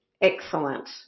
excellent